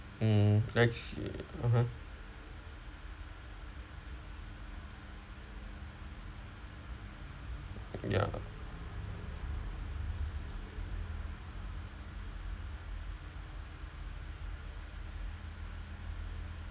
mm act~ (uh huh) ya